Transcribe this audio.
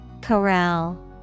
Corral